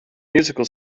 musical